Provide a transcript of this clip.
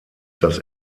das